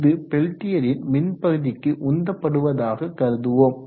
இது பெல்டியரின் மின் பகுதிக்கு உந்தபடுவதாக கருதுவோம்